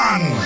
One